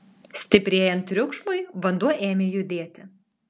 stiprėjant triukšmui vanduo ėmė judėti